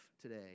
today